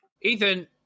Ethan